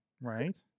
right